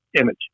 image